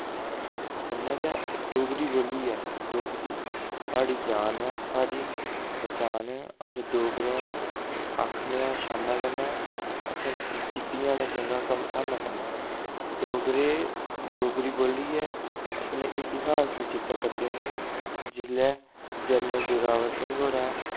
कन्नै गै डोगरी बोल्लियै डोगरी साढ़ी जान ऐ साढ़ी पैह्चान अस डोगरे आं आक्खने आं शाना कन्नै असैं जित्तियां न जंग्गां घमसानै कन्नै डोगरे डोगरी बोल्लियै अपने इतिहास गी चेत्तै करदे नै जिसलै जर्नल जोराबर सिंह होरैं